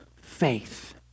faith